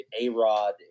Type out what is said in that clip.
A-Rod